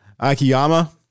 Akiyama